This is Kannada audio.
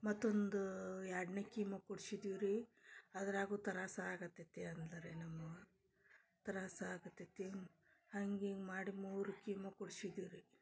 ಮತ್ತೊಂದು ಎರಡನೇ ಕೀಮೋ ಕೊಡ್ಸಿದ್ವು ರೀ ಅದ್ರಾಗು ತ್ರಾಸ ಆಗಕತ್ತೈತಿ ಅಂದ್ಲು ರೀ ನಮ್ಮವ್ವ ತ್ರಾಸ ಆಗಕತ್ತೈತಿ ಹಂಗಿಂಗೆ ಮಾಡಿ ಮೂರು ಕೀಮೋ ಕೊಡ್ಸಿದ್ವು ರೀ